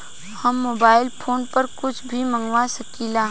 हम mobile phone पर कुछ भी मंगवा सकिला?